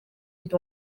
ndi